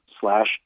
slash